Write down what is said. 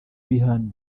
bihano